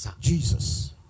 Jesus